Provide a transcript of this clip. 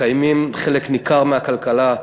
מקיימים חלק ניכר מהכלכלה.